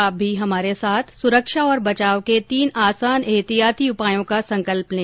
आप भी हमारे साथ सुरक्षा और बचाव के तीन आसान एहतियाती उपायों का संकल्प लें